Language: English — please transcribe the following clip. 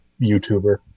YouTuber